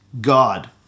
God